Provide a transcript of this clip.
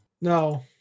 no